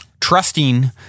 trusting